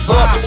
up